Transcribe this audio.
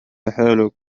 حالك